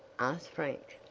asked frank.